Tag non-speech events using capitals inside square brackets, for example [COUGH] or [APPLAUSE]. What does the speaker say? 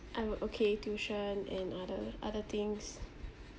um okay tuition and other other things [BREATH]